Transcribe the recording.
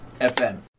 FM